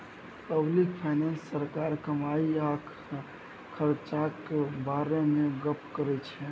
public finance सरकारक कमाई आ खरचाक बारे मे गप्प करै छै